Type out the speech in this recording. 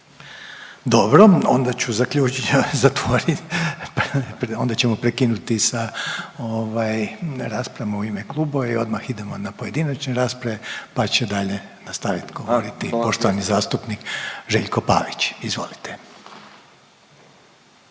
Dobro. Onda ću zaključiti, zatvorit, onda ćemo prekinut ovaj, sa raspravama u ime klubova i odmah idemo na pojedinačne rasprave pa će dalje nastavit govoriti poštovani zastupnik Željko Pavić. Izvolite.